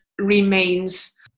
remains